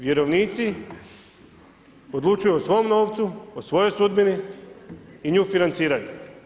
Vjerovnici odlučuju o svom novcu, o svojoj sudbini i nju financiraju.